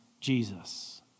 Jesus